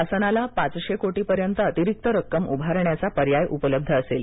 शासनाला पाचशे कोटीपर्यंत अतिरिक्त रक्कम उभारण्याचा पर्याय उपलब्ध असेल